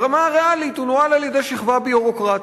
ברמה הריאלית הוא נוהל על-ידי שכבה ביורוקרטית,